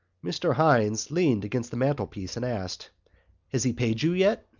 mr. hynes leaned against the mantelpiece and asked has he paid you yet?